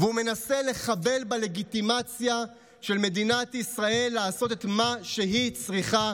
והוא מנסה לחבל בלגיטימציה של מדינת ישראל לעשות את מה שהיא צריכה,